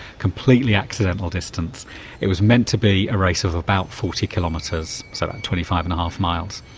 completely accidental distance it was meant to be a race of about forty kilometres, so about twenty five and a half miles,